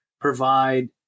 provide